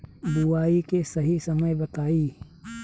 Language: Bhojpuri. बुआई के सही समय बताई?